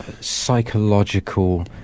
psychological